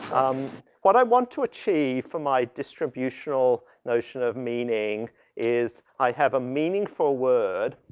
um, what i want to achieve for my distributional notion of meaning is, i have a meaningful word,